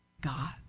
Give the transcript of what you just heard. God